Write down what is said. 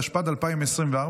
התשפ"ד 2024,